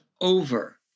over